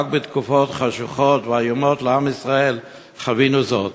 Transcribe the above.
רק בתקופות חשוכות ואיומות לעם ישראל חווינו זאת?